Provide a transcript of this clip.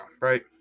right